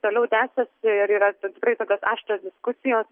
toliau tęsiasi ir yra tikrai tokios aštrios diskusijos